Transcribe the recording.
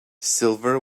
silver